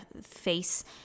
face